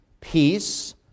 peace